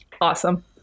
Awesome